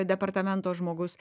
departamento žmogus